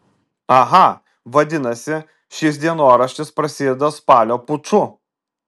aha vadinasi šis dienoraštis prasideda spalio puču